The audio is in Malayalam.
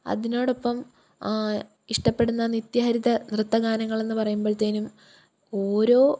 അതിനോടൊപ്പം ഇഷ്ടപ്പെടുന്ന നിത്യഹരിത നൃത്തഗാനങ്ങളെന്ന് പറയുമ്പോഴത്തേക്കും ഓരോ